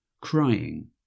crying